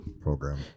program